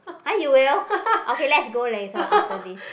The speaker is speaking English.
!huh! you will okay let's go later after this